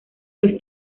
los